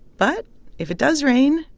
but if it does rain,